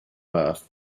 earth